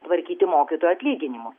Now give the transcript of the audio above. tvarkyti mokytojų atlyginimus